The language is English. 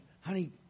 Honey